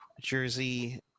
jersey